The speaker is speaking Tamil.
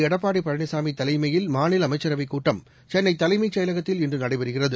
எடப்பாடி பழனிசாமி தலைமையில் மாநில அமைச்சரவைக் கூட்டம் சென்ளை தலைமைச் செயலகத்தில் இன்று நடைபெறுகிறது